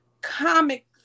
comic